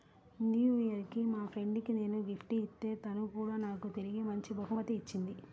new year కి మా friend కి నేను గిఫ్ట్ ఇత్తే తను కూడా నాకు తిరిగి మంచి బహుమతి ఇచ్చింది